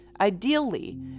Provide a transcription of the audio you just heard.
Ideally